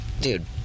Dude